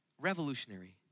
Revolutionary